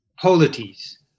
polities